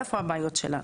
איפה הבעיות שלנו?